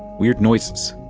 weird noises,